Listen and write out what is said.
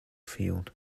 field